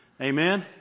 Amen